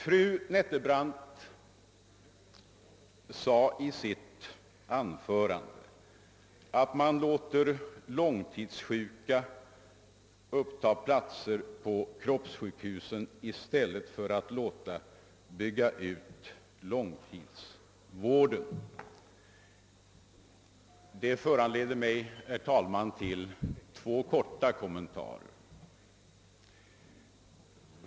Fru Nettelbrandt sade i sitt anförande tidigare i dag, att man låter långtidssjuka uppta platser på kroppssjukhusen i stället för att bygga ut långtidsvården. Det föranleder mig, herr talman, till två korta kommentarer.